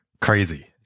crazy